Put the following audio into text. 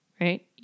right